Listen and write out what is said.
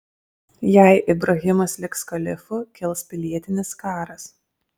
jei ibrahimas liks kalifu kils pilietinis karas